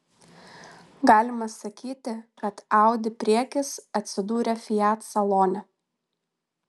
galima sakyti kad audi priekis atsidūrė fiat salone